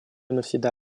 навсегда